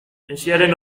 hesiaren